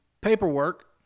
paperwork